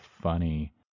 funny